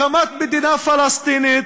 הקמת מדינה פלסטינית,